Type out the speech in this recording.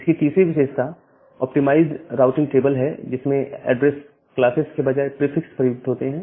इसकी तीसरी विशेषता ऑप्टिमाइज्ड राउटिंग टेबल है जिसमें एड्रेस क्लासेज के बजाय प्रीफिक्सेस प्रयुक्त होते हैं